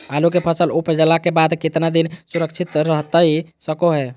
आलू के फसल उपजला के बाद कितना दिन सुरक्षित रहतई सको हय?